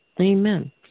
Amen